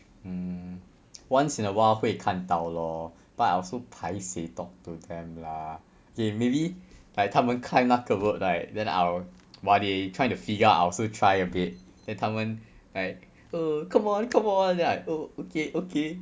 mm once in a while 会看到 lor but I also paiseh talk to them lah they maybe like 她们开那个 work right then I will while they trying to figure out I also try a bit then 她们 like err come on come on then I oh okay okay